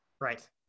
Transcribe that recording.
Right